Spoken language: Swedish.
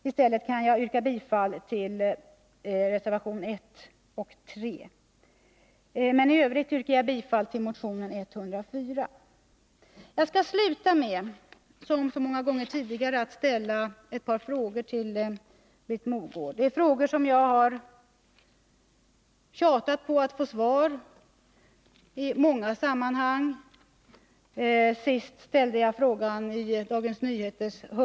I stället kan jag yrka bifall till reservationerna 1 och 3. Men i övrigt yrkar jag bifall till motion 104. Jag skall, som så många gånger tidigare, sluta med att ställa ett par frågor till Britt Mogård. Det är frågor som jag i många sammanhang tjatat om att få svar på. Senast ställde jag dessa frågor i en hörnartikel i Dagens Nyheter.